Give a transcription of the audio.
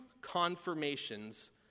confirmations